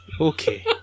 Okay